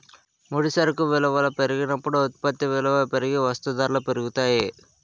ముడి సరుకు విలువల పెరిగినప్పుడు ఉత్పత్తి విలువ పెరిగి వస్తూ ధరలు పెరుగుతాయి